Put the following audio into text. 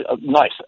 nice